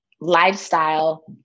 lifestyle